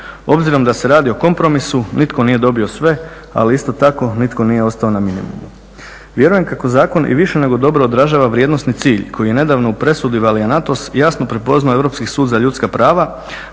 Obzirom da se radi o kompromisu nitko nije dobio sve, ali isto tako nitko nije ostao na minimumu. Vjerujem kako zakon i više nego dobro odražava vrijednosni cilj koji je nedavno u presudi Valienatos jasno prepoznao Europski sud za ljudska prava